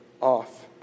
off